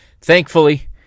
Thankfully